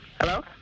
Hello